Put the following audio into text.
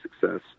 success